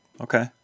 okay